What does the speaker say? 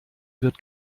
wird